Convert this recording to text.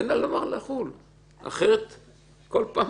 פה אני